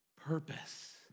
purpose